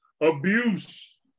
abuse